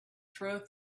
throw